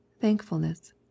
thankfulness